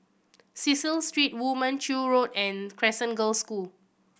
Cecil Street Woo Mon Chew Road and Crescent Girls' School